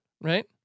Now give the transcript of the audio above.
right